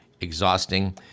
exhausting